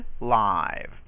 live